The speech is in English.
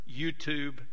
YouTube